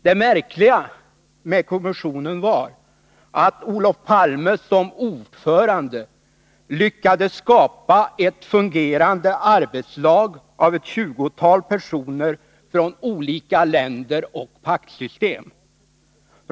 Det märkliga med kommissionen var att Olof Palme som ordförande lyckades skapa ett fungerande arbetslag av ett tjugotal personer från olika länder och paktsystem.